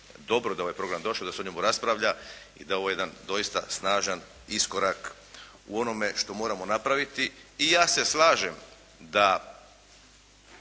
dobro da je ovaj program došao da se o njemu raspravlja i da je ovo jedan doista snažan iskorak u onome što moramo napraviti. I ja se slažem da,